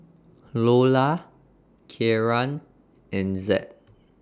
Loula Kieran and Zed